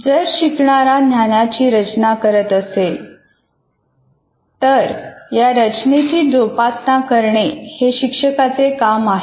जर शिकणारा ज्ञानाची रचना करत असेल तरी या रचनेची जोपासना करणे हे शिक्षकाचे काम आहे